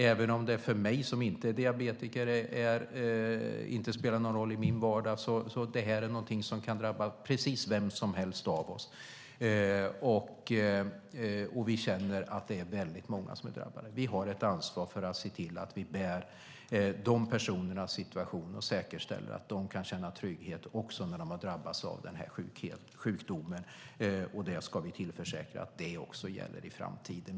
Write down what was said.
Även om det för mig, som inte är diabetiker, inte spelar någon roll i vardagen är det sådant som kan drabba precis vem som helst av oss. Vi vet att många är drabbade. Vi har ett ansvar att säkerställa att dessa personer kan känna trygghet också när de drabbats av denna sjukdom. Vi ska säkra att det även gäller i framtiden.